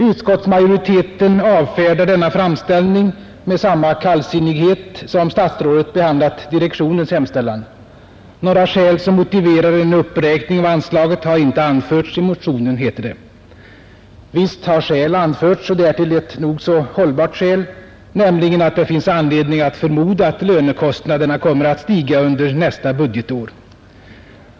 Utskottsmajoriteten avfärdar denna framställning med samma kallsinnighet som statsrådet behandlat direktionens hemställan med. Några skäl som motiverar en uppräkning av anslaget har inte anförts i motionen, heter det. Visst har skäl anförts och därtill ett nog så hållbart skäl, nämligen att det finns anledning förmoda att lönekostnaderna kommer att stiga under nästa budgetår.